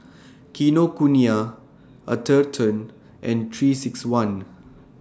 Kinokuniya Atherton and three six one